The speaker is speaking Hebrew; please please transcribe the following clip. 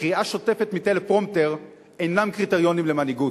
וקריאה שוטפת מטלפרומפטר אינם קריטריונים למנהיגות.